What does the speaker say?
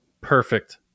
perfect